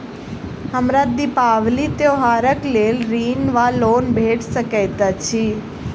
हमरा दिपावली त्योहारक लेल ऋण वा लोन भेट सकैत अछि?